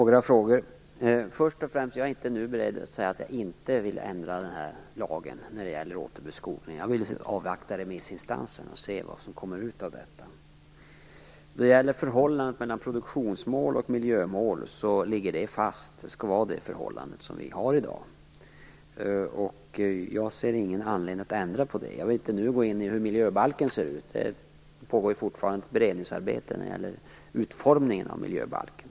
Fru talman! Jag är inte nu beredd att säga att jag inte vill ändra lagen när det gäller återbeskogningen. Jag vill avvakta remissinstansernas arbete och se vad som kommer ut av detta. Förhållandet mellan produktionsmål och miljömål ligger fast. Det skall alltså vara samma förhållande som i dag. Jag ser ingen anledning att ändra på det och vill inte nu gå in på hur miljöbalken ser ut. Det pågår ju fortfarande ett beredningsarbete med utformningen av miljöbalken.